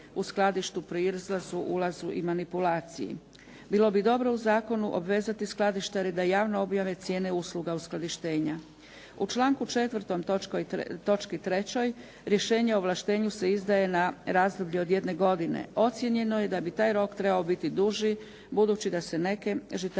u skladištu pri izlasku, ulasku i manipulaciji. Bilo bi dobro u zakonu obvezati skladištare da javno objave cijene usluga uskladištenja. U članku 4., točki 3. rješenje o ovlaštenju se izdaje na razdoblje od jedne godine, ocjenjeno je da bi taj rok trebao biti duži budući da se neke žitarice